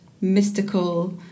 mystical